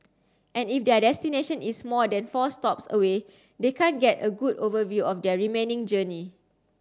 and if their destination is more than four stops away they can't get a good overview of their remaining journey